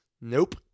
Nope